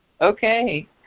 Okay